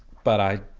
but i